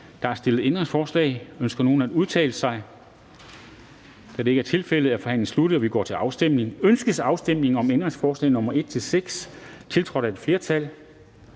Der er stillet ændringsforslag. Ønsker nogen at udtale sig? Da det ikke er tilfældet, er forhandlingen sluttet, og vi går til afstemning. Kl. 11:03 Afstemning Formanden (Henrik Dam Kristensen):